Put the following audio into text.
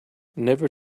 never